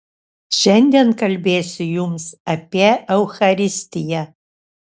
šiandien kalbėsiu jums apie eucharistiją